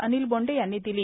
अनिल बोंडे यांनी दिली